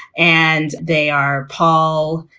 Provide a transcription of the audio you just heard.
and they are paul,